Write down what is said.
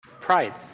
Pride